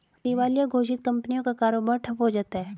दिवालिया घोषित कंपनियों का कारोबार ठप्प हो जाता है